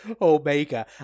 Omega